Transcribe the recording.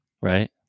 right